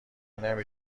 نمی